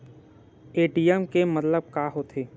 ATM के मतलब का होथे?